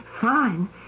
Fine